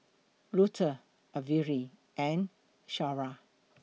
Luther Averi and Shara